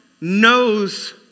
knows